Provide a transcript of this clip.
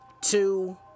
two